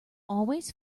always